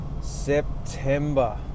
September